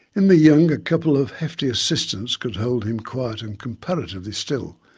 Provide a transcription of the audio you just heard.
in the young a couple of hefty assistants could hold him quiet and comparatively still.